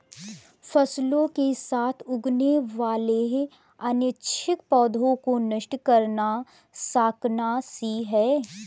फसलों के साथ उगने वाले अनैच्छिक पौधों को नष्ट करना शाकनाशी है